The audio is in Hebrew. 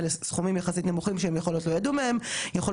יכול להיות שהם ידעו מהם אבל עדיין הנהלים היו חדשים,